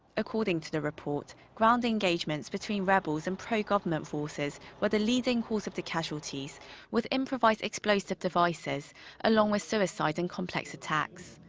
according to the report, ground engagements between rebels and pro-government forces were the leading cause of the casualties with improvised explosive devices along with suicide and complex attacks.